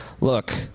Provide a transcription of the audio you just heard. Look